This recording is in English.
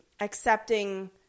accepting